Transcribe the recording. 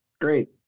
Great